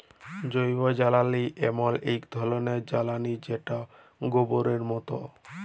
জৈবজ্বালালি এমল এক ধরলের জ্বালালিযেটা গবরের মত